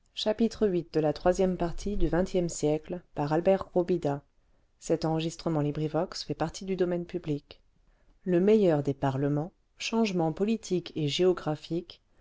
le meilleur des parlements changements politiques et géographiques